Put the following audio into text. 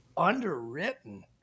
underwritten